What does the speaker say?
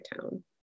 town